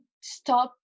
stop